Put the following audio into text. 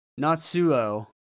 Natsuo